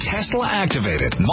Tesla-activated